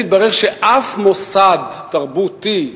התברר שאף מוסד תרבותי,